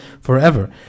forever